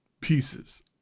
pieces